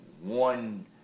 one